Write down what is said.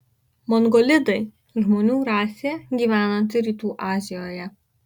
mongolidai žmonių rasė gyvenanti rytų azijoje